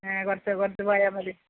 കുറച്ച് കുറച്ച് പോയാൽ മതി